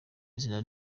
izina